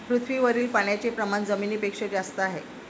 पृथ्वीवरील पाण्याचे प्रमाण जमिनीपेक्षा जास्त आहे